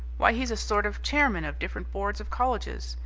why, he's a sort of chairman of different boards of colleges,